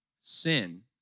sin